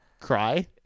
cry